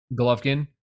Golovkin